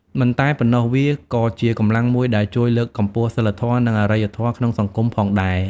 មិនតែប៉ុណ្ណោះ វាក៏ជាកម្លាំងមួយដែលជួយលើកកម្ពស់សីលធម៌ និងអរិយធម៌ក្នុងសង្គមផងដែរ។